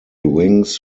wings